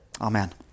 Amen